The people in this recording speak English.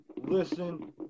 listen